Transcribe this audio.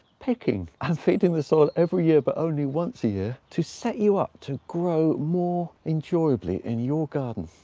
picking and feeding the soil every year, but only once a year to set you up to grow more enjoiably in your garden.